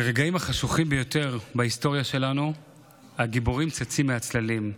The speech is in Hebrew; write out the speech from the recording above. ברגעים החשוכים ביותר בהיסטוריה שלנו הגיבורים צצים מהצללים,